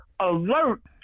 alert